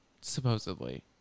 Supposedly